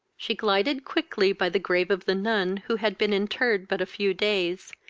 she glided quickly by the grave of the nun who had been interred but a few days,